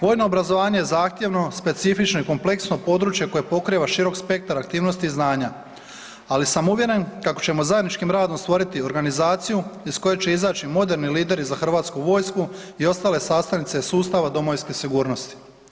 Vojno obrazovanje zahtjevno, specifično i kompleksno područje koje pokriva širok spektar aktivnosti i znanja, ali sam uvjeren kako ćemo zajedničkim radom stvoriti organizaciju iz koje će izaći moderni lideri za hrvatsku vojsku i ostale sastavnice sustava domovinske sigurnosti.